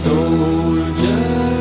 Soldier